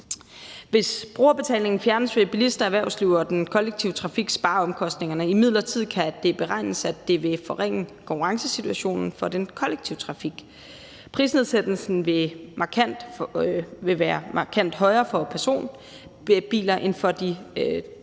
Hvis brugerbetalingen fjernes, vil bilister, erhvervsliv og den kollektive trafik spare omkostningerne, men det kan imidlertid beregnes, at det vil forringe konkurrencesituationen for den kollektive trafik. Prisnedsættelsen vil være markant højere for personbiler end for de